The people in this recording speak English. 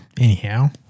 Anyhow